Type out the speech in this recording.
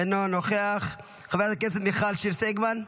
אינו נוכח, חברת הכנסת מיכל שיר סגמן,